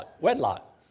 wedlock